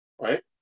right